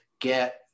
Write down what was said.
get